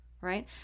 right